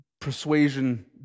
Persuasion